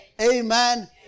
Amen